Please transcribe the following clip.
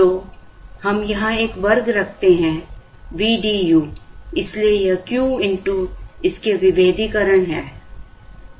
तो हम यहाँ एक Q वर्ग रखते हैं vdu इसलिए यह Q इस के विभेदीकरण है